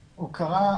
הוקרה.